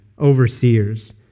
overseers